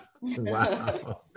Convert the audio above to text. Wow